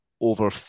over